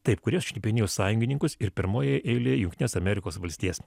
taip kurie šnipinėjo sąjungininkus ir pirmoj eilėj jungtines amerikos valstijas